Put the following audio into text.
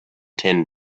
tin